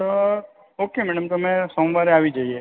તો okay madam તો અમે સોમવારે આવી જઈએ